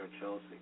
Chelsea